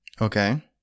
Okay